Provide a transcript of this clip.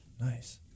Nice